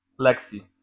Lexi